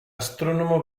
astrónomo